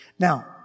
Now